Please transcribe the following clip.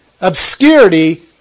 Obscurity